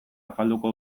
afalduko